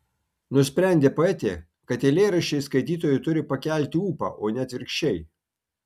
nusprendė poetė kad eilėraščiai skaitytojui turi pakelti ūpą o ne atvirkščiai